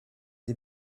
des